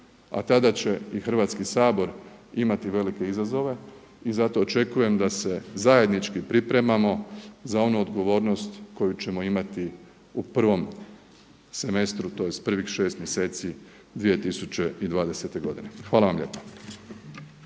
a tada će i Hrvatski sabor imati velike izazove i zato očekujem da se zajednički pripremamo za onu odgovornost koju ćemo imati u prvom semestru, tj. prvih šest mjeseci 2020. godine. Hvala vam lijepa.